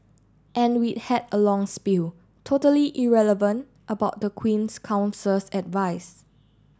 and we had a long spiel totally irrelevant about the Queen's Counsel's advice